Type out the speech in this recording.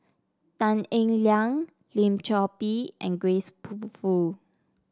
Tan Eng Liang Lim Chor Pee and Grace Fu